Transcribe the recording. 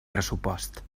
pressupost